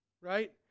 right